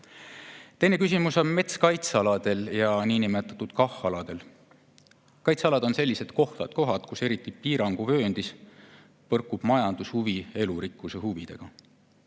küsimus on mets kaitsealadel ja niinimetatud KAH-aladel. Kaitsealad on sellised kohad, kus eriti piiranguvööndis põrkub majandushuvi elurikkuse huviga.